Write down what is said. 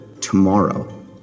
tomorrow